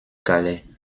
calais